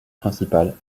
principales